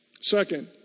Second